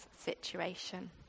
situation